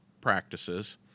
practices